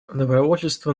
добровольчество